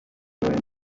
younger